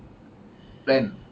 plan